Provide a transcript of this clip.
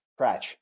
Cratch